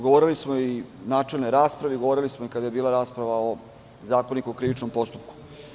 Govorili smo i u načelnoj raspravi, govorili smo i kada je bila rasprava o Zakoniku o krivičnom postupku.